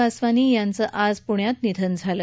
वासवानी यांचं आज पूण्यात निधन झालं